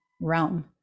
realm